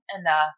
enough